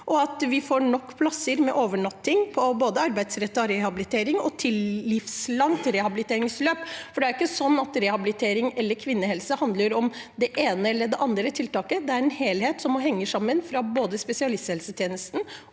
og at vi får nok plasser med overnatting for arbeidsrettet rehabilitering og til livslangt rehabiliteringsløp. Det er ikke sånn at rehabilitering eller kvinnehelse handler om det ene eller det andre tiltaket; det er en helhet som må henge sammen for både spesialisthelsetjenesten